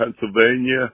Pennsylvania